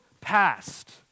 past